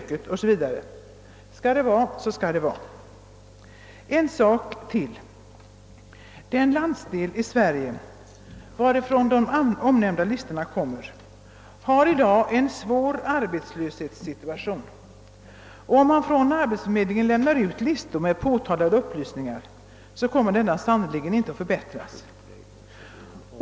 Det var En sak till. Den landsdel i Sverige, varifrån de omnämnda listorna kommer, har i dag en svår arbetslöshetssituation, och om man från arbetsförmedlingen lämnar ut listor med upplysningar av påtalad karaktär, kommer denna situation sannerligen inte att förbättras.